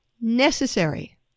Necessary